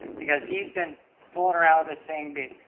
because he's been fooling around with this thing, but